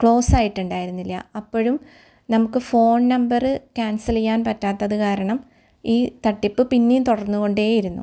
close ആയിട്ടുണ്ടായിരുന്നില്ല അപ്പോഴും നമുക്ക് ഫോൺ നമ്പറ് ക്യാൻസൽ ചെയ്യാൻ പറ്റാത്തത് കാരണം ഈ തട്ടിപ്പ് പിന്നേയും തുടർന്ന് കൊണ്ടേ ഇരുന്നു